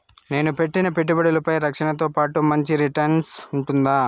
నేను పెట్టిన పెట్టుబడులపై రక్షణతో పాటు మంచి రిటర్న్స్ ఉంటుందా?